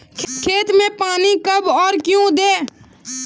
खेत में पानी कब और क्यों दें?